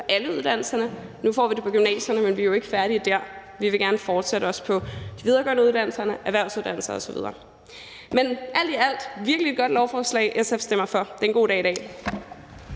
alle uddannelserne. Nu får vi det på gymnasierne, men vi er jo ikke færdige med det – vi vil gerne fortsætte også på de videregående uddannelser, erhvervsuddannelserne osv. Men alt i alt er det virkelig et godt lovforslag. SF stemmer for. Det er en god dag i dag.